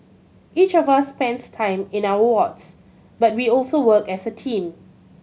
each of us spends time in our wards but we also work as a team